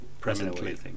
presently